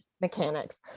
mechanics